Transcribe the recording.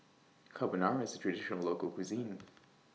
Carbonara IS A Traditional Local Cuisine